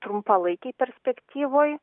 trumpalaikėj perspektyvoj